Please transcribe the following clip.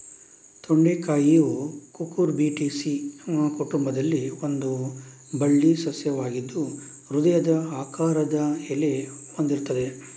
ತೊಂಡೆಕಾಯಿಯು Cucurbitaceae ಕುಟುಂಬದಲ್ಲಿ ಒಂದು ಬಳ್ಳಿ ಸಸ್ಯವಾಗಿದ್ದು ಹೃದಯದ ಆಕಾರದ ಎಲೆ ಹೊಂದಿರ್ತದೆ